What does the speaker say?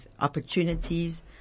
opportunities